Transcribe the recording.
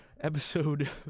Episode